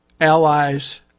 allies